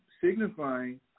signifying